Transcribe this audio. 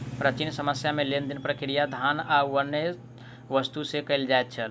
प्राचीन समय में लेन देन प्रक्रिया धान आ अन्य वस्तु से कयल जाइत छल